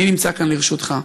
אני נמצא כאן לרשותך.